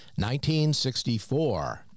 1964